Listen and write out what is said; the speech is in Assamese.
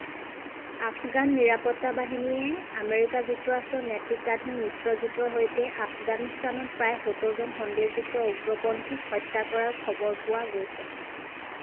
আফগান নিৰাপত্তা বাহিনীয়ে আমেৰিকা যুক্তৰাষ্ট্ৰৰ নেতৃত্বাধীন মিত্ৰজোঁটৰ সৈতে আফগানিস্তানত প্ৰায় সত্তৰ জন সন্দেহযুক্ত উগ্ৰপন্থীক হত্যা কৰাৰ খবৰ পোৱা গৈছে